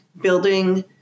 building